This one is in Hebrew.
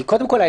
קודם כל,